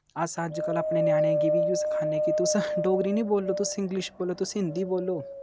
अस अज्जकल अपने ञ्यानें गी बी इ'यो सखाने कि तुस डोगरी नी बोलो तुस इंग्लिश बोलो तुस हिन्दी बोलो